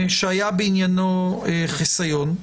שהיה בעניינו חיסיון,